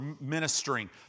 ministering